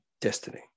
destiny